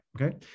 Okay